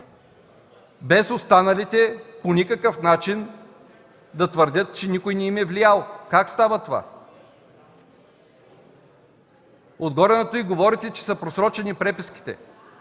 без останалите да твърдят, че някой им е влиял? Как става това? Отгоре на това говорите, че са просрочени преписките.